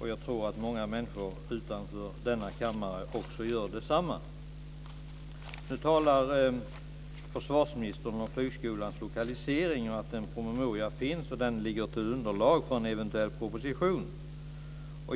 och jag tror att många människor utanför denna kammare gör detsamma. Nu talar försvarsministern om flygskolans lokalisering, och att det finns en promemoria som också ligger till underlag för en eventuell proposition.